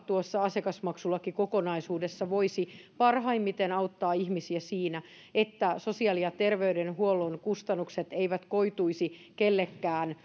tuossa asiakasmaksulakikokonaisuudessa voisivat parhaimmiten auttaa ihmisiä siinä että sosiaali ja terveydenhuollon kustannukset eivät koituisi kellekään